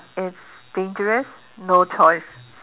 it's dangerous no choice